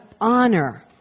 honor